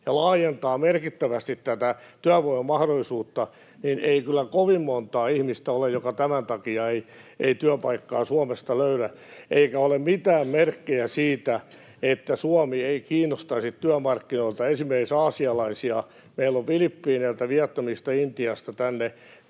ja laajentaa merkittävästi tätä työvoimamahdollisuutta, niin ei kyllä kovin montaa ihmistä ole, jotka tämän takia eivät työpaikkaa Suomesta löydä. Eikä ole mitään merkkejä siitä, että Suomi ei kiinnostaisi työmarkkinoilla esimerkiksi aasialaisia. Meillä on Filippiineiltä, Vietnamista ja Intiasta tänne